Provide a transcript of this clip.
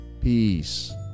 peace